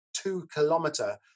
two-kilometer